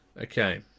Okay